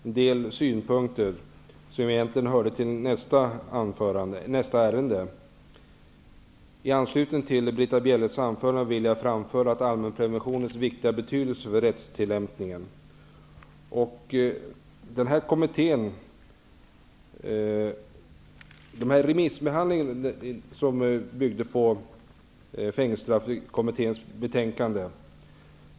Fru talman! Det är riktigt som Britta Bjelle säger att jag framförde en del synpunkter som egentligen hörde till nästa ärende. I anslutning till Britta Bjelles anförande vill jag framföra allmänpreventionens viktiga betydelse för rättstillämpningen. Remissbehandlingen byggde på Fängelsestraffkommitténs betänkande.